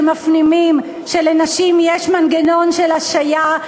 שמפנימים שלנשים יש מנגנון של השהיה,